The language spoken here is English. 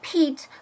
,Pete